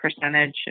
percentage